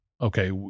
okay